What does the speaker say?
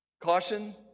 Caution